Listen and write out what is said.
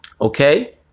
Okay